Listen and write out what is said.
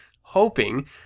hoping